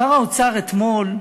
שר האוצר אתמול,